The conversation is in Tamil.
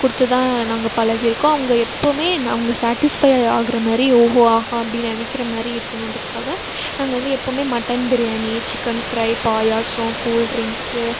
கொடுத்து தான் நாங்கள் பழகியிருக்கோம் அவங்க எப்போதுமே நான் அவங்க சேட்டிஸ்ஃபையை ஆகிற மாதிரி ஓஹோ ஆஹா அப்படி நினைக்கிற மாதிரி இருக்கணுன்றத்துக்காக நாங்கள் வந்து எப்போதுமே mutton biryani chicken fry payasam cool drinks